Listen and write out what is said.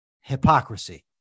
hypocrisy